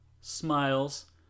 smiles